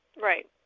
Right